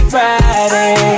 Friday